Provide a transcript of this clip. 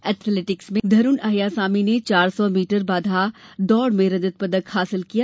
athletics में धरुण अय्यासामी ने चार सौ मीटर बाधा दौड़ में रजत पदक हासिल किया है